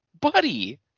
Buddy